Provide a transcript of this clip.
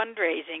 fundraising